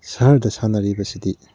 ꯁꯍꯔꯗ ꯁꯥꯟꯅꯔꯤꯕꯁꯤꯗꯤ